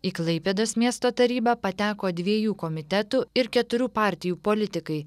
į klaipėdos miesto tarybą pateko dviejų komitetų ir keturių partijų politikai